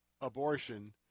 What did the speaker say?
abortion